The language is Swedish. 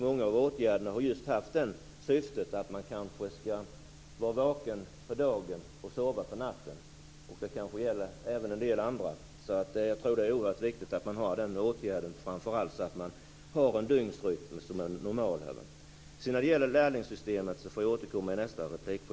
Många av åtgärderna har haft det syftet att man skall vara vaken på dagen och sova på natten. Jag tror att det är oerhört viktigt att dessa åtgärder finns så att man får en normal dygnsrytm. Jag får återkomma till lärlingssystemet i nästa replik.